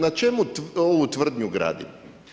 Na čemu ovu tvrdnju gradim?